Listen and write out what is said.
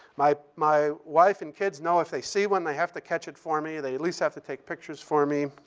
my my wife and kids know if they see one, they have to catch it for me. they at least have to take pictures for me.